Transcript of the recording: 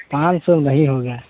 पाँच सौ में नहीं होगा